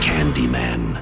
Candyman